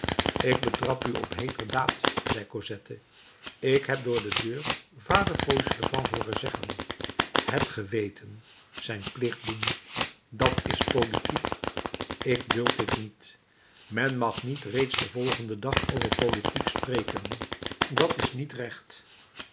ik betrap u op heeter daad zei cosette ik heb door de deur vader fauchelevent hooren zeggen het geweten zijn plicht doen dat is politiek ik duld dit niet men mag niet reeds den volgenden dag over politiek spreken dat is niet recht